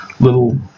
little